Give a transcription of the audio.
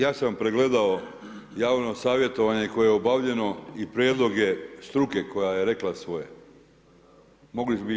Ja sam pregledao javno savjetovanje koje je obavljeno i prijedlog je struke koja je rekla svoje, mogli bi i vi.